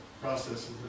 processes